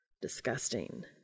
Disgusting